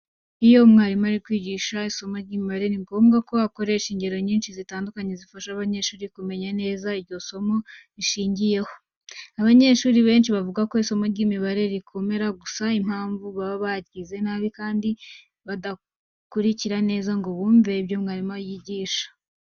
Iyo umwarimu ari kwigisha isomo ry'imibare ni ngombwa ko akoresha ingero nyinshi zitandukanye zifasha abanyeshuri kumenya neza ibyo iryo somo rishingiyeho. Abanyeshuri benshi bavuga ko isomo ry'imibare rikomera gusa impamvu, baba baryize nabi kandi badakurikira neza ngo bumve ibyo mwarimu yigisha.